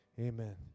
Amen